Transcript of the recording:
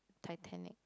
Titanic